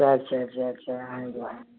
சரி சரி சேரி சரிங்க